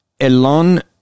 Elon